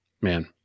man